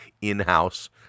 in-house